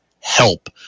help